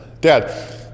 Dad